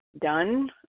done